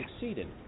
succeeded